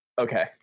Okay